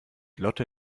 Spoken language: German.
lotte